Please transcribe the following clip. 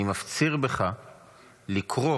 אני מפציר בך לקרוא